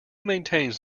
maintains